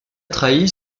trahit